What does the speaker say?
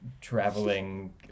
traveling